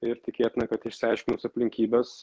ir tikėtina kad išsiaiškinus aplinkybes